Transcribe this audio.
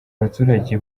baturage